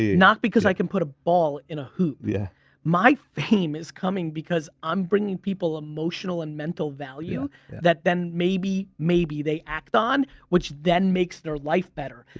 not because i can put a ball in a hoop. yeah my fame is coming because i'm bringing people emotional and mental value that then maybe, maybe they act on which then makes their life better.